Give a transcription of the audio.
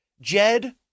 Jed